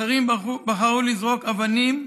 אחרים בחרו לזרוק אבנים.